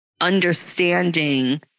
understanding